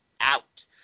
out